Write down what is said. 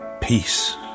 peace